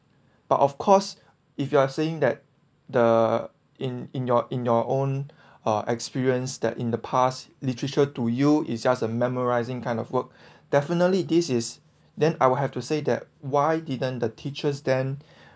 but of course if you are saying that the in in your in your own uh experience that in the past literature to you is just a memorising kind of work definitely this is then I will have to say that why didn't the teachers then